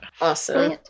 Awesome